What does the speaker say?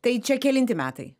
tai čia kelinti metai